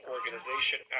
Organization